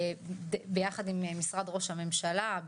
ביחד עם משרד ראש הממשלה,